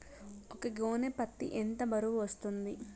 ఒక గోనె పత్తి ఎంత బరువు వస్తుంది?